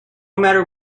matter